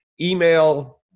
Email